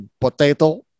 potato